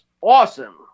awesome